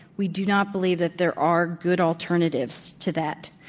we do not believe that there are good alternatives to that.